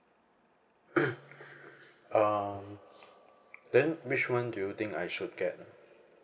um then which one do you think I should get ah